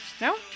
No